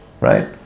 right